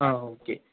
ஆ okay